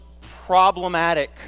problematic